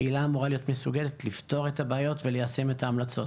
הקהילה אמורה להיות מסוגלת לפתור את הבעיות וליישם את ההמלצות.